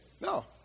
No